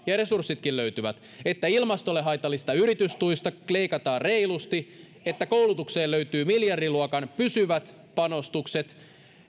ja resurssitkin löytyvät että ilmastolle haitallisista yritystuista leikataan reilusti että koulutukseen löytyy miljardiluokan pysyvät panostukset